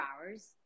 hours